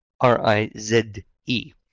R-I-Z-E